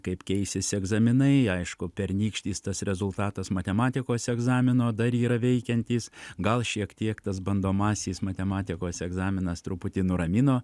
kaip keisis egzaminai aišku pernykštis tas rezultatas matematikos egzamino dar yra veikiantis gal šiek tiek tas bandomasis matematikos egzaminas truputį nuramino